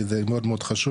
כי זה מאוד מאוד חשוב,